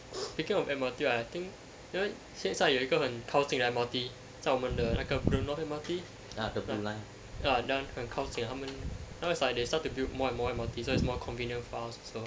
speaking of M_R_T I think you know 现在一个很靠近的 M_R_T 在我们的那个 eunos M_R_T ya that [one] 很靠近啊他们 now it's like they start to build more and more M_R_T so it's more convenient for us also